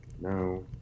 no